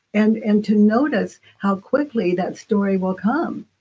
and and to notice how quickly that story will come.